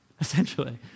essentially